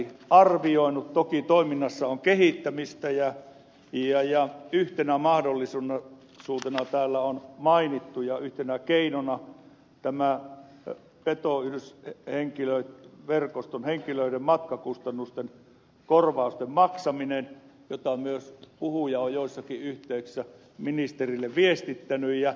toki toiminnassa on kehittämistä ja yhtenä mahdollisuutena ja keinona täällä on mainittu petoyhdyshenkilöverkoston henkilöiden matkakustannusten korvausten maksaminen jota myös puhuja on joissakin yhteyksissä ministerille viestittänyt